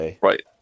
Right